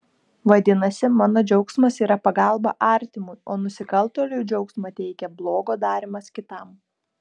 vadinasi mano džiaugsmas yra pagalba artimui o nusikaltėliui džiaugsmą teikia blogo darymas kitam